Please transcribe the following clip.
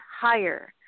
higher